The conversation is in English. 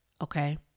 okay